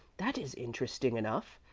that is interesting enough.